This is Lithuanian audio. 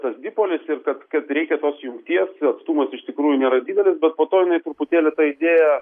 tas dipolis ir kad kad reikia tos jungties atstumas iš tikrųjų nėra didelis bet po to truputėlį ta idėja